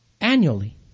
annually